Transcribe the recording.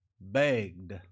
begged